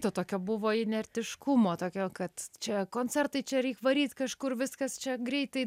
to tokio buvo inertiškumo tokio kad čia koncertai čia reik varyt kažkur viskas čia greitai